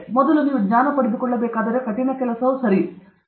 ಮೊದಲು ನೀವು ಜ್ಞಾನ ಪಡೆದುಕೊಳ್ಳಬೇಕಾದರೆ ಕಠಿಣ ಕೆಲಸವು ಸರಿಯಾಗಿದೆ